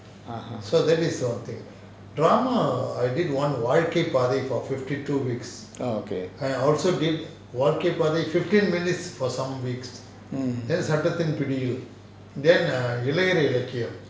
oh okay